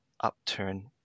upturn